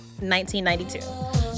1992